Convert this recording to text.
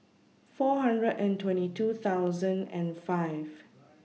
four hundred and twenty two thousand and five